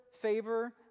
favor